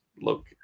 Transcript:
look